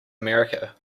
america